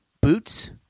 boots